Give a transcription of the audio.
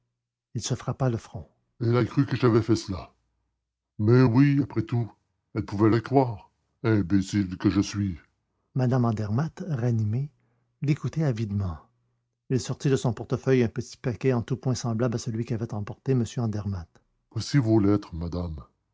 il se frappa le front elle a cru que j'avais fait cela mais oui après tout elle pouvait le croire imbécile que je suis mme andermatt ranimée l'écoutait avidement il sortit de son portefeuille un petit paquet en tous points semblable à celui qu'avait emporté m andermatt voici vos lettres madame